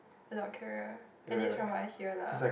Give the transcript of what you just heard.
a lot clearer at least from what I hear lah